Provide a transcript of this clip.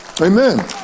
Amen